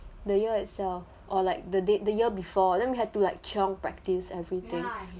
the year itself or like the day the year before then we had to like chiong practise everything